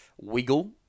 wiggle